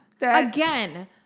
Again